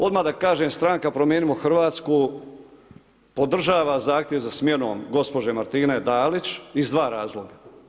Odmah da kažem stranka Promijenimo Hrvatsku podržava za zahtjev za smjenom gospođe Martine Dalić iz dva razloga.